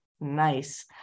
Nice